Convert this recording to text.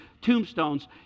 tombstones